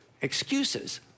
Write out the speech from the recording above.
excuses